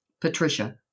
Patricia